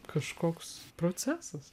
kažkoks procesas